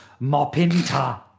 mopinta